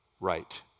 right